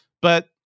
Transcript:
but-